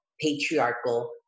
patriarchal